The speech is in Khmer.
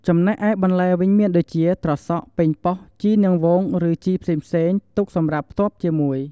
ចំណែកឯបន្លែវិញមានដូចជា ត្រសក់ ប៉េងប៉ោះ ជីរនាងវង ឬ ជីរផ្សេងៗ ទុកសម្រាប់ផ្ទាប់ជាមួយ។